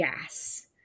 gas